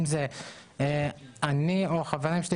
אם זה אני או חברים שלי